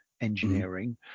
engineering